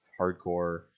hardcore